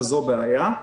וזו בעיה,